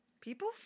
people